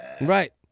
right